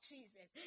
Jesus